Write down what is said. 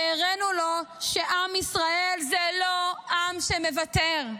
הראנו לו שעם ישראל זה לא עם שמוותר,